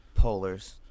Polars